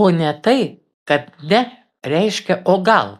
o ne tai kad ne reiškia o gal